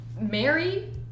Mary